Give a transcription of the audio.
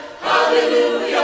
hallelujah